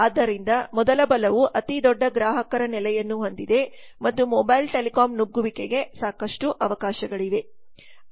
ಆದ್ದರಿಂದ ಮೊದಲ ಬಲವು ಅತಿದೊಡ್ಡ ಗ್ರಾಹಕರ ನೆಲೆಯನ್ನು ಹೊಂದಿದೆ ಮತ್ತು ಮೊಬೈಲ್ ಟೆಲಿಕಾಂ ನುಗ್ಗುವಿಕೆಗೆ ಸಾಕಷ್ಟು ಅವಕಾಶಗಳಿವೆ